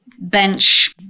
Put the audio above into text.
bench